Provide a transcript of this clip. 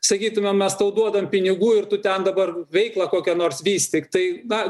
sakytumėm mes tau duodam pinigų ir tu ten dabar veiklą kokia nors vystyk tai na